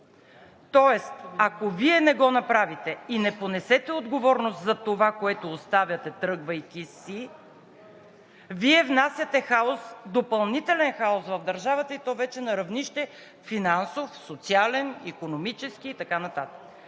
Тоест, ако Вие не го направите и не понесете отговорност за това, което оставяте, тръгвайки си, Вие внасяте допълнителен хаос в държавата, и то вече на равнище – финансов, социален, икономически и така нататък.